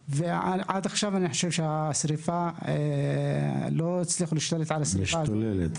אני חושב שעד עכשיו לא הצליחו להשתלט על השריפה.